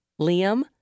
Liam